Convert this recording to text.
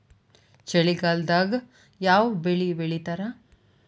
ಚಳಿಗಾಲದಾಗ್ ಯಾವ್ ಬೆಳಿ ಬೆಳಿತಾರ?